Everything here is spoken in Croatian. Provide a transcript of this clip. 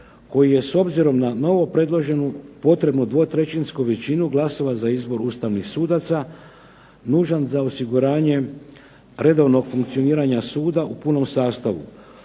koji je s obzirom na novo predloženu potrebnu dvotrećinsku većinu glasova za izbor ustavnih sudaca nužan za osiguranje redovnog funkcioniranja suda u punom sastavu.